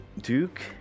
Duke